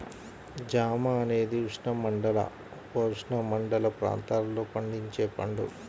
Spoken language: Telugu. జామ అనేది ఉష్ణమండల, ఉపఉష్ణమండల ప్రాంతాలలో పండించే పండు